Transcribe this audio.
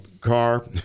car